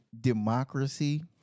democracy